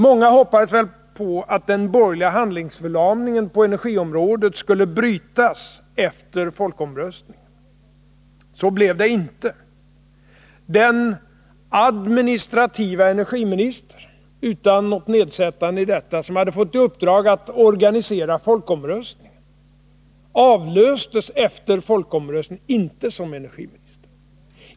Många hoppades väl på att den borgerliga handlingsförlamningen på energiområdet skulle brytas efter folkomröstningen. Så blev det inte. Den administrativa energiministern — sagt utan att lägga in något nedsättande i detta — som hade fått i uppdrag att organisera folkomröstningen avlöstes inte som energiminister efter folkomröstningen.